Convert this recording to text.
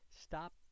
stop